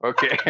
Okay